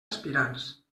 aspirants